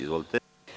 Izvolite.